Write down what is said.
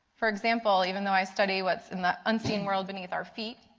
for example, even though i study what is in the unseen world beneath our feet,